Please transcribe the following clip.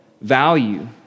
value